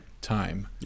time